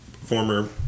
former